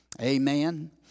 Amen